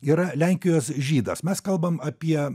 yra lenkijos žydas mes kalbam apie